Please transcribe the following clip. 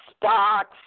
stocks